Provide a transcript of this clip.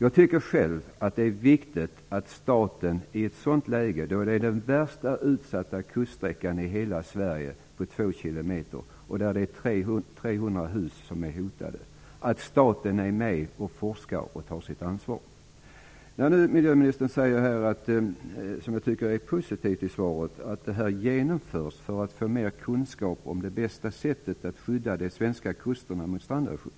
Jag tycker själv att det är viktigt att staten i ett sådant läge är med och forskar och tar sitt ansvar. Det gäller den värst utsatta kuststräckan i hela Sverige. Den är 2 km och det finns 300 hus som är hotade där. När miljöministern nu säger - och det tycker jag är positivt i svaret - att detta genomförs för att få mer kunskap om det bästa sättet att skydda de svenska kusterna mot stranderosion